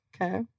Okay